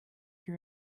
your